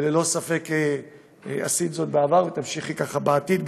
וללא ספק עשית זאת בעבר ותמשיכי כך בעתיד,